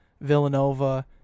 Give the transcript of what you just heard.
Villanova